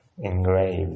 engraved